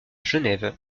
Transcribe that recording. genève